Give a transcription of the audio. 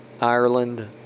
Ireland